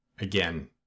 again